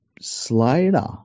Slater